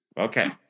Okay